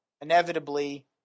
inevitably